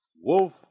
Wolf